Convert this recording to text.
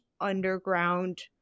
underground